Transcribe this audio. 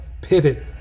pivot